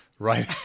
right